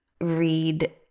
read